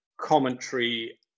commentary